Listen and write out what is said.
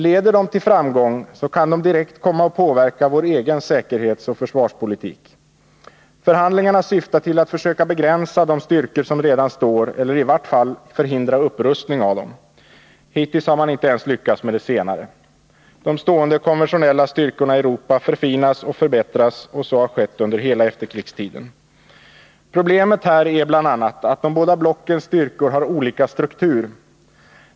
Leder de till framgång, kan de direkt komma att påverka vår egen säkerhetsoch försvarspolitik. Förhandlingarna syftar till att försöka begränsa de styrkor som redan står eller i vart fall förhindra upprustning av dem. Hittills har man inte ens lyckats med det senare. De stående konventionella styrkorna i Europa förfinas och förbättras, och så har skett under hela efterkrigstiden. Problemet är bl.a. att de båda blockens styrkor har olika struktur.